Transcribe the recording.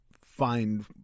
find